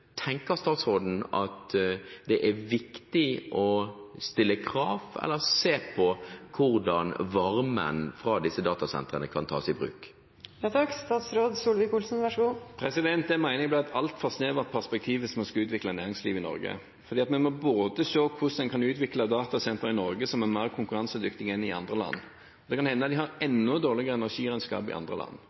viktig å stille krav om at, eller se på hvordan, varmen fra disse datasentrene kan tas i bruk? Det mener jeg blir et altfor snevert perspektiv hvis man skal utvikle et næringsliv i Norge. Vi må se hvordan en kan utvikle datasentre i Norge som er mer konkurransedyktige enn i andre land. Det kan hende de har enda dårligere energiregnskap i andre land.